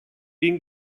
den